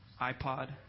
iPod